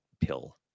pill